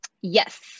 Yes